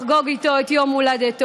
לחגוג איתו את יום הולדתו.